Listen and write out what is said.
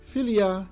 Filia